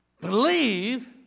believe